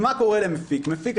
בוקר טוב.